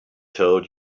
told